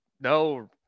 No